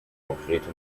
konkrete